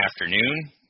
afternoon